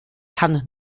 kann